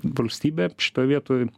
valstybė šitoj vietoj